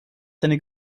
die